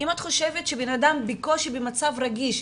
אם את חושבת שבן אדם במצב רגיש,